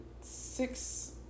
six